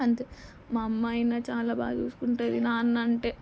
అంతే మా అమ్మ అయిన చాలా బాగా చూసుకుంటుంది నాన్న అంటే